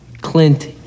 Clint